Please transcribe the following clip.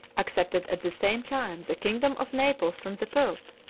accepted at the same time the kingdom of naples from the pope,